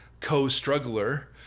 co-struggler